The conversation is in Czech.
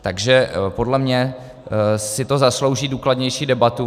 Takže podle mě si to zaslouží důkladnější debatu.